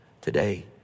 Today